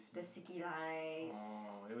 the city lights